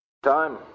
Time